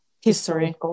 history